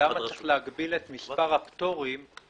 למה צריך להגביל את מספר הפטורים,